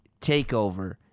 TakeOver